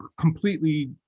completely